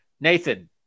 Nathan